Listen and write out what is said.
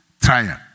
trial